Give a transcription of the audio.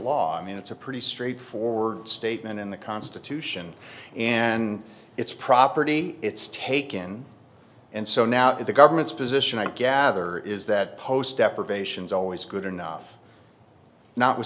law i mean it's a pretty straightforward statement in the constitution and it's property it's taken and so now that the government's position i gather is that post deprivations always good enough not